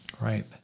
Right